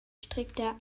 strickte